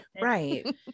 right